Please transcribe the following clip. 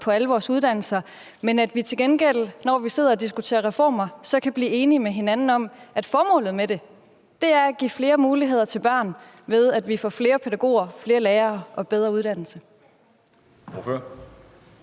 på alle vores uddannelser, men at vi til gengæld, når vi sidder og diskuterer reformer, så kan blive enige med hinanden om, at formålet med det er at give flere muligheder til børn, ved at vi får flere pædagoger, flere lærere og bedre uddannelse.